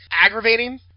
aggravating